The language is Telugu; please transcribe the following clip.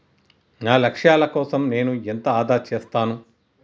నా లక్ష్యాల కోసం నేను ఎంత ఆదా చేస్తాను?